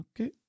okay